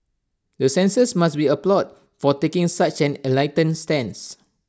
the censors must be applauded for taking such an enlightened stance